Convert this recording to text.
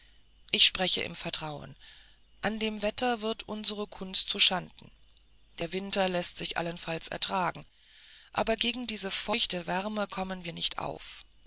ich spreche im vertrauen an dem wetter wird unsre kunst zuschanden der winter läßt sich allenfalls ertragen aber gegen diese feuchte wärme kommen wir nicht auf